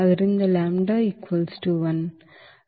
ಆದ್ದರಿಂದ